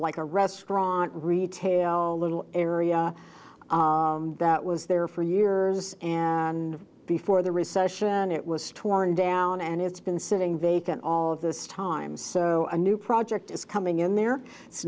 like a restaurant retail a little area that was there for years and before the recession it was torn down and it's been sitting vacant all this time so a new project is coming in there it's